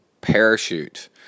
parachute